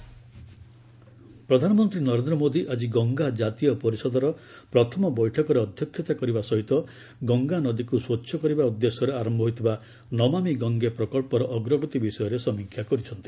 PM Kanpur ପ୍ରଧାନମନ୍ତ୍ରୀ ନରେନ୍ଦ୍ର ମୋଦୀ ଆଜି ଗଙ୍ଗା ଜାତୀୟ ପରିଷଦର ପ୍ରଥମ ବୈଠକରେ ଅଧ୍ୟକ୍ଷତା କରିବା ସହିତ ଗଙ୍ଗାନଦୀକୁ ସ୍ୱଚ୍ଛ କରିବା ଉଦ୍ଦେଶ୍ୟରେ ଆରମ୍ଭ ହୋଇଥିବା ନମାମି ଗଙ୍ଗେ ପ୍ରକଳ୍ପର ଅଗ୍ରଗତି ବିଷୟରେ ସମୀକ୍ଷା କରିଛନ୍ତି